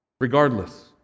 Regardless